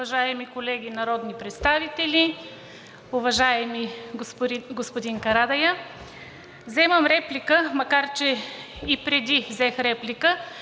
уважаеми колеги народни представители! Уважаеми господин Карадайъ, вземам реплика, макар че и преди взех реплика,